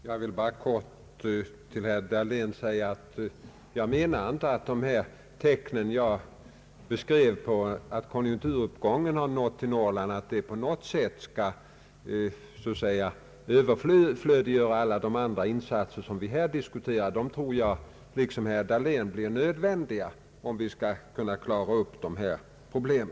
Herr talman! Jag vill bara helt kort till herr Dahlén säga att jag inte menar att de tecken jag beskrev på att konjunkturuppgången har nått till Norrland på något sätt skulle överflödiggöra alla de andra insatser som vi här diskuterar. Jag tror, liksom herr Dahlén, att de blir nödvändiga om vi skall klara upp dessa problem.